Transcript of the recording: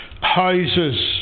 houses